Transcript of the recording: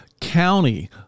county